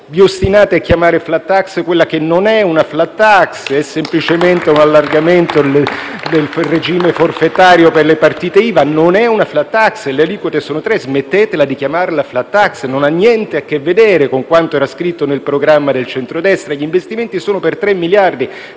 Vi ostinate a chiamare *flat tax* quella che non è una *flat tax*, ma è semplicemente un allargamento del regime forfettario per le partite IVA. *(Applausi dal Gruppo FI-BP)*. Non è una *flat tax*: le aliquote sono tre, dunque smettetela di chiamarla *flat tax*, perché non ha niente a che vedere con quanto era scritto nel programma del centrodestra. Gli investimenti sono per 3 miliardi: